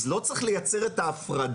אז לא צריך לייצר את ההפרדה,